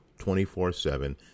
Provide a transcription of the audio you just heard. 24-7